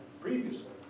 previously